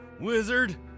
wizard